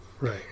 Right